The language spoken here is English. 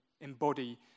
embody